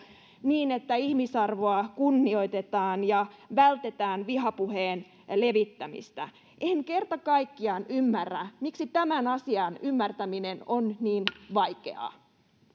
niin että ihmisarvoa kunnioitetaan ja vältetään vihapuheen levittämistä en kerta kaikkiaan ymmärrä miksi tämän asian ymmärtäminen on niin vaikeaa